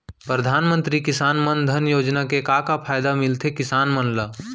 परधानमंतरी किसान मन धन योजना के का का फायदा मिलथे किसान मन ला?